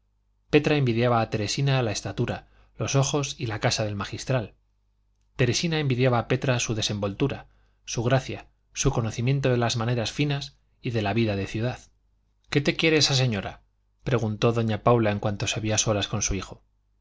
petra envidiaba a teresina la estatura los ojos y la casa del magistral teresina envidiaba a petra su desenvoltura su gracia su conocimiento de las maneras finas y de la vida de ciudad qué te quiere esa señora preguntó doña paula en cuanto se vio a solas con su hijo